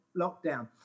lockdown